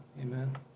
Amen